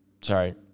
sorry